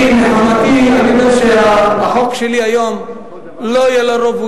אני יודע שהחוק שלי היום לא יהיה לו רוב,